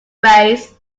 rays